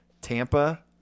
Tampa